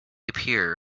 appear